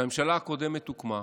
כשהממשלה הקודמת הוקמה,